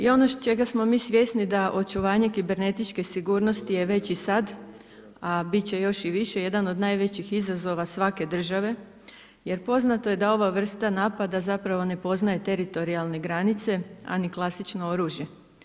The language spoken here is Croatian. I ono čega smo mi svjesni da očuvanje kibernetičke sigurnosti je već i sada, a biti će još i više jedan od najvećih izazova svake države, jer poznato je da ova vrsta napada, zapravo ne poznaje teritorijalne granice, a ni klasično oružje.